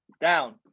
Down